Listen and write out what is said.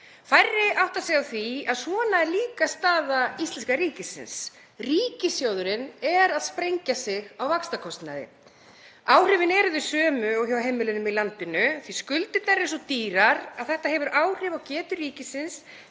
Færri átta sig á því að svona er líka staða íslenska ríkisins. Ríkissjóður er að sprengja sig á vaxtakostnaði. Áhrifin eru þau sömu og hjá heimilunum í landinu því að skuldirnar eru svo dýrar að þetta hefur áhrif á getu ríkisins